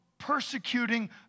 persecuting